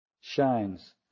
shines